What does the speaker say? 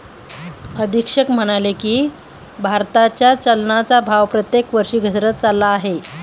अधीक्षक म्हणाले की, भारताच्या चलनाचा भाव प्रत्येक वर्षी घसरत चालला आहे